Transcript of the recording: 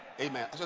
Amen